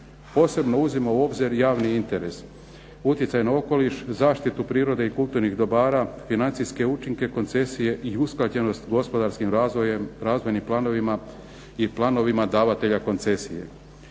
posebno uzima u obzir javni interes, utjecaj na okoliš, zaštitu prirode i kulturnih dobara, financijske učinke koncesije i usklađenost gospodarskim razvojem, razvojnim planovima i planovima davatelja koncesije.